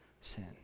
sin